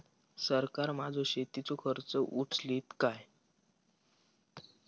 सरकार माझो शेतीचो खर्च उचलीत काय?